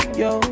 yo